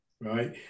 right